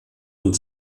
und